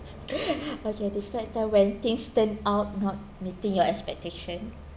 okay describe time when things turn out not meeting your expectation